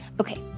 Okay